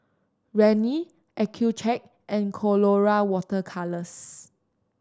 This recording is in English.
Rene Accucheck and Colora Water Colours